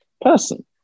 person